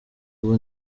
ubu